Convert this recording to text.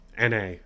NA